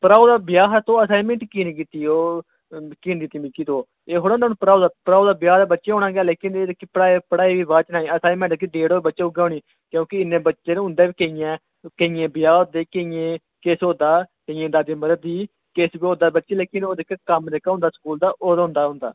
भ्राऊ दा ब्याह् हा तू असाईनमेंट की निं कीती ओह् की निं दित्ती मिगी तू एह् थोह्ड़े होंदा भ्राऊ दा भ्राऊ दा ब्याह् दे बच्चे होना गै लेकिन एह् जेह्की पढ़ाई पढ़ाई बाद च नेईं असाईनमेंट दी डेट बच्चे उऐ होनी क्योंकि इन्ने बच्चे न उंदे बी केइयें केइयें ब्याह् होआ दे केइयें किश होआ दा केइयें दाजै मरा दी किश होआ दा बच्चे लेकिन कम्म जेह्का होंदा स्कूल दा ओह् होंदा गै होंदा